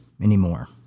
anymore